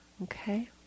Okay